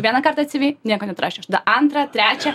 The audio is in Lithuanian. vieną kartą cyvy nieko neatrašė aš tada antrą trečią